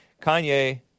Kanye